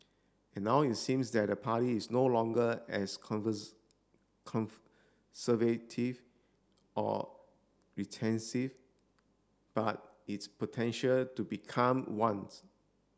and now it seems that the party is no longer as conservative or but its potential to become one